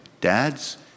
dads